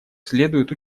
следует